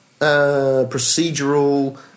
procedural